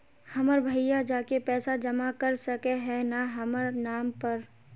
हमर भैया जाके पैसा जमा कर सके है न हमर नाम पर?